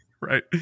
Right